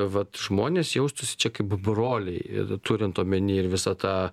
vat žmonės jaustųsi čia kaip broliai ir turint omeny ir visą tą